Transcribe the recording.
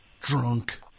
Drunk